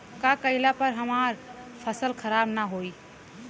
का कइला पर हमार फसल खराब ना होयी?